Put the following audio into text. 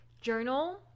journal